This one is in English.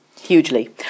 Hugely